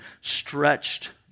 stretched